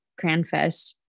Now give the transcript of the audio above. Cranfest